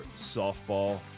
softball